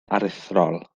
aruthrol